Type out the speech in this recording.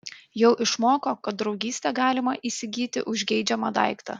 jau išmoko kad draugystę galima įsigyti už geidžiamą daiktą